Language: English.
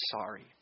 sorry